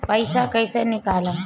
पैसा कैसे निकालम?